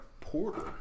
porter